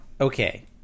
Okay